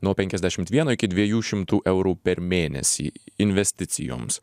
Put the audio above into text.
nuo penkiasdešimt vieno iki dviejų šimtų eurų per mėnesį investicijoms